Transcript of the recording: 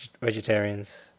vegetarians